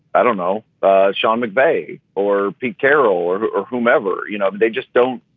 i don't know sean mcvay or pete carroll or but or whomever, you know, they just don't.